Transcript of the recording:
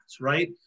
right